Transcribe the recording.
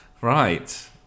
right